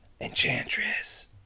Enchantress